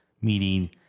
meeting